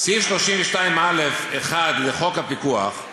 סעיף 32(א1) לחוק הפיקוח,